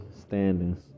standings